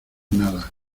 nada